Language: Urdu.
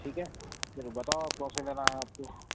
ٹھیک ہے پھر بتاؤ کون سی لینا ہے آپ کو